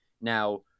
Now